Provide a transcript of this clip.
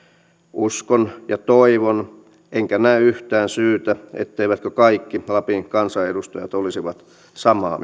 uskon ja toivon enkä näe yhtään syytä mikseivät olisi että kaikki lapin kansanedustajat olisivat samaa